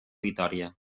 vitòria